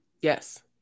yes